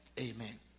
Amen